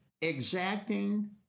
exacting